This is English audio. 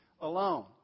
alone